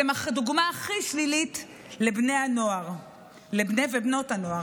אתם הדוגמה הכי שלילית לבני ובנות הנוער.